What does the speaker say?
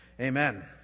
Amen